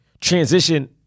transition